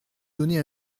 donné